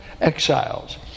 Exiles